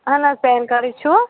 اَہن حظ PAN card ہَے چھُو